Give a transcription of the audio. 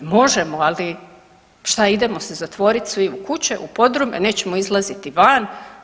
Možemo, ali šta idemo se zatvorit svi u kuće u podrume, nećemo izlaziti van.